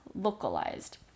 localized